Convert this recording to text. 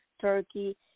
Turkey